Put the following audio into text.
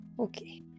Okay